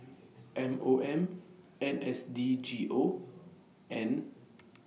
M O M N S D G O and